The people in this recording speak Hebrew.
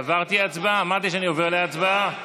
עברתי להצבעה, אמרתי שאני עובר להצבעה.